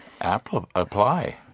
apply